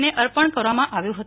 ને અર્પણ કરવા માં આવ્યો હતો